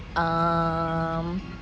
um